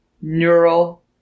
neural